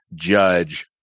judge